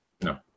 No